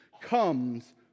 comes